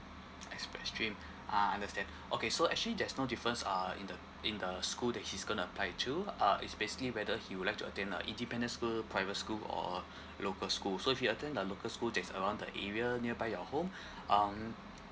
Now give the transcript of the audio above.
express stream ah understand okay so actually there's no difference uh in the in the school that he's gonna apply to uh it's basically whether he would like to attend a independent school private school or a local school so if he attend the local school that's around the area nearby your home um